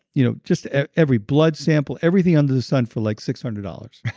you know just every blood sample, everything under the sun for like six hundred dollars,